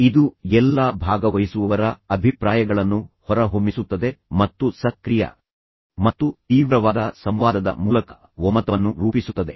ಇದು ಎಲ್ಲಾ ಭಾಗವಹಿಸುವವರ ಅಭಿಪ್ರಾಯಗಳನ್ನು ಹೊರಹೊಮ್ಮಿಸುತ್ತದೆ ಮತ್ತು ಸಕ್ರಿಯ ಮತ್ತು ತೀವ್ರವಾದ ಸಂವಾದದ ಮೂಲಕ ಒಮ್ಮತವನ್ನು ರೂಪಿಸುತ್ತದೆ